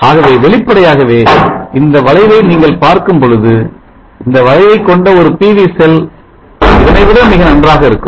ஆகவே வெளிப்படையாகவே இந்த வளைவை நீங்கள் பார்க்கும் பொழுது இந்த வளைவை கொண்ட ஒரு PV செல் இதனைவிட மிக நன்றாக இருக்கும்